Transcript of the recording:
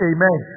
Amen